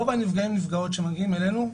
רוב הנפגעים והנפגעות שמגיעים אלינו,